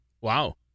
Wow